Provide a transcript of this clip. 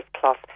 plus